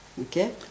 Okay